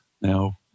Now